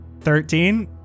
Thirteen